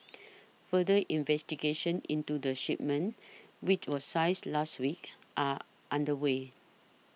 further investigations into the shipment which was seized last week are underway